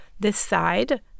decide